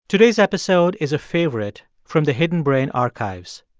today's episode is a favorite from the hidden brain archives.